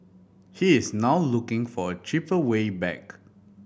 he is now looking for a cheaper way back